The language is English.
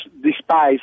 despise